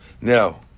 Now